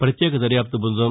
ప్రత్యేక దర్యాప్తు బ్బందం